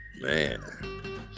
man